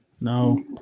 No